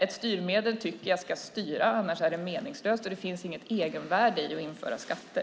Ett styrmedel tycker jag ska styra, annars är det meningslöst. Det finns inget egenvärde i att införa skatter.